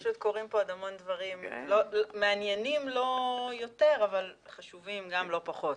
פשוט קורים פה עוד המון דברים מעניינים לא יותר אבל חשובים גם לא פחות.